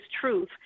truth